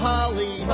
Holly